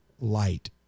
light